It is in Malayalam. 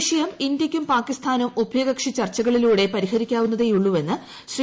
വിഷയം ഇന്ത്യയ്ക്കും പാകിസ്ഥാനും ഉഭയകക്ഷി ചർച്ചകളിലൂടെ പരിഹരിക്കാവുന്നതേയുള്ളൂ എന്ന് ശ്രീ